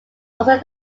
also